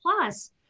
plus